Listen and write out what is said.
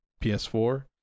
PS4